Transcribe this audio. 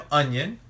onion